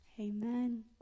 amen